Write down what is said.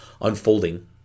unfolding